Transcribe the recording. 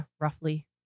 roughly